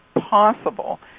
possible